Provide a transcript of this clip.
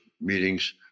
meetings